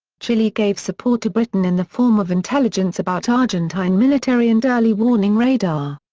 chile gave support to britain in the form of intelligence about argentine military and early warning radar.